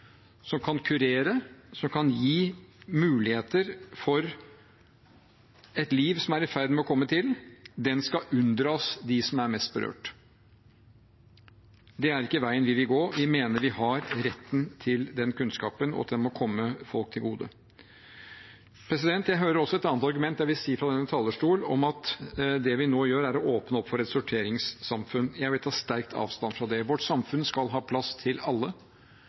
som kan kurere, som kan gi muligheter for et liv som er i ferd med å komme til – skal unndras dem som er mest berørt. Det er ikke veien vi vil gå. Vi mener vi har retten til den kunnskapen, og at den må komme folk til gode. Jeg hører også et annet argument fra denne talerstol om at det vi nå gjør, er å åpne opp for et sorteringssamfunn. Jeg vil ta sterkt avstand fra det. Vårt samfunn skal ha plass til alle